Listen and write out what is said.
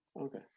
Okay